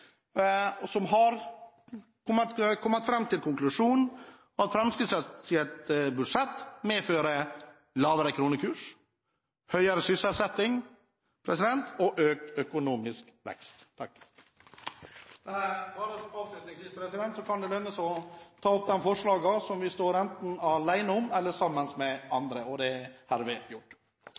som har kommet fram til den konklusjon at Fremskrittspartiets budsjett medfører lavere kronekurs, høyere sysselsetting og økt økonomisk vekst. Avslutningsvis kan det lønne seg å ta opp de forslagene som vi enten står alene om, eller har sammen med andre. Det er herved gjort.